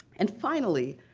and finally,